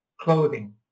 clothing